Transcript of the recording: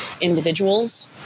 individuals